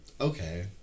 okay